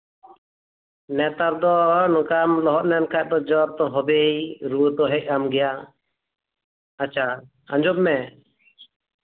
ᱱᱮᱛᱟᱨ ᱫᱚ ᱱᱚᱝᱠᱟᱢ ᱞᱚᱦᱚᱫ ᱞᱮᱱ ᱠᱷᱟᱱ ᱫᱚ ᱡᱚᱨ ᱛᱚ ᱦᱚᱵᱮᱭ ᱨᱩᱣᱟᱹ ᱫᱚ ᱦᱮᱡ ᱟᱢ ᱜᱮᱭᱟ ᱟᱪᱪᱷᱟ ᱟᱸᱡᱚᱢ ᱢᱮ